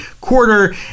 quarter